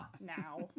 Now